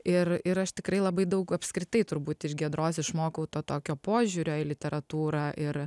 ir ir aš tikrai labai daug apskritai turbūt iš giedros išmokau to tokio požiūrio į literatūrą ir